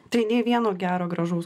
tai nei vieno gero gražaus